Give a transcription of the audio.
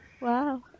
Wow